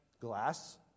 glass